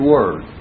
Word